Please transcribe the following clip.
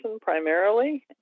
primarily